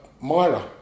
Myra